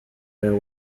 their